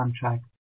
contract